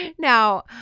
Now